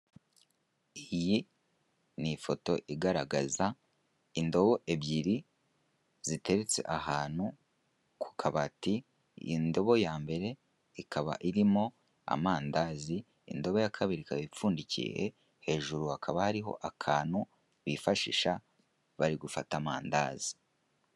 Iyi ni ifoto igaragaza indobo ebyiri ziteretse ahantu ku kabati, indobo ya mbere ikaba irimo amandazi, indobo ya kabiri ikaba ipfundikiye, hejuru hakaba hariho akantu bifashisha bari gufata amandazi.